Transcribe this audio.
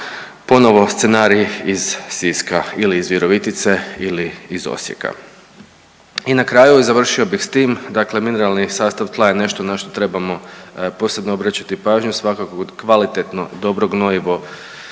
ponovo scenarij iz Siska ili iz Virovitice ili iz Osijeka. I na kraju i završio bih s tim. Dakle, mineralni sastav tla je nešto na što trebamo posebno obraćati pažnju. Svakako kvalitetno, dobro gnojivo